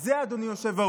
זו, אדוני היושב-ראש,